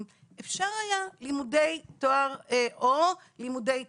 אפשר היה לימודי תואר או לימודי תעודה.